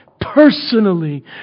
personally